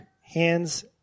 hands